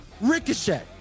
Ricochet